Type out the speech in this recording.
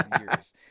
years